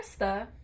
Krista